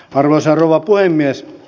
arvoisa rouva puhemies